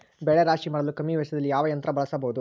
ಬೆಳೆ ರಾಶಿ ಮಾಡಲು ಕಮ್ಮಿ ವೆಚ್ಚದಲ್ಲಿ ಯಾವ ಯಂತ್ರ ಬಳಸಬಹುದು?